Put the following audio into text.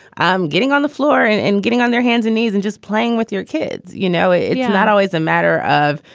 i'm getting on the floor and and getting on their hands and knees and just playing with your kids. you know, it's not always a matter of,